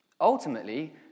Ultimately